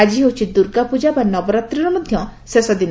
ଆଜି ହେଉଛି ଦୁର୍ଗାପୂଜା ବା ନବରାତ୍ରୀର ମଧ୍ୟ ଶେଷଦିନ